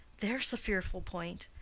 there's a fearful point!